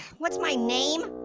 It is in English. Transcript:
what's my name?